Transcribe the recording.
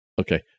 Okay